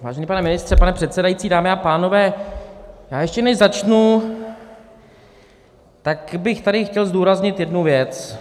Vážený pane ministře, pane předsedající, dámy a pánové, ještě než začnu, tak bych tady chtěl zdůraznit jednu věc.